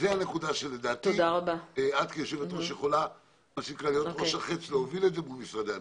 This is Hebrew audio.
זו הנקודה שלדעתי את כיושבת ראש יכולה להוביל את זה מול משרדי הממשלה.